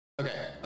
Okay